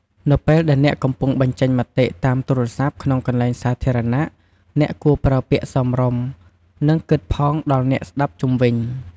នៅពេលដែលអ្នកកំពុងបញ្ចេញមតិតាមទូរស័ព្ទក្នុងកន្លែងសាធារណៈ អ្នកគួរប្រើពាក្យសមរម្យ និងគិតផងដល់អ្នកស្ដាប់ជុំវិញ។